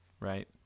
right –